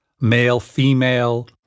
male-female